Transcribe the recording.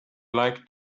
like